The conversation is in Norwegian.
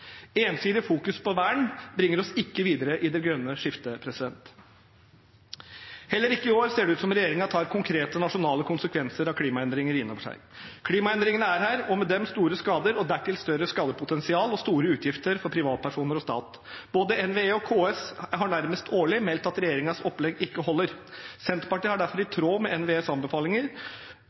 Ensidig fokus på vern bringer oss ikke videre i det grønne skiftet. Heller ikke i år ser det ut som om regjeringen tar konkrete, nasjonale konsekvenser av klimaendringene inn over seg. Klimaendringene er her, og med dem store skader og dertil større skadepotensial og store utgifter for privatpersoner og stat. Både NVE og KS har nærmest årlig meldt at regjeringens opplegg ikke holder. Senterpartiet har derfor i tråd med NVEs anbefalinger